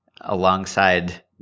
alongside